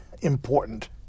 important